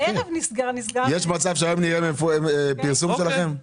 יש מצב שנראה פרסום שלכם?